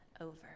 over